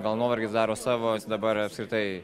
gal nuovargis daro savo dabar apskritai